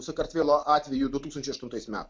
sakartvelo atveju du tūkstančiai aštuntais metais